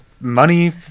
money